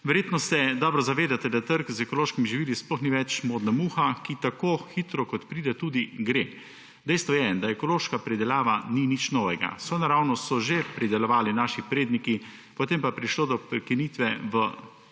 Verjetno se dobro zavedate, da trg z ekološkimi živili sploh ni več modna muha, ki tako hitro kot pride, tudi gre. Dejstvo je, da ekološka pridelava ni nič novega. Sonaravno so že pridelovali naši predniki, potem pa je prišlo do prekinitve v